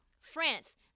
France